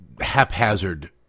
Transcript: haphazard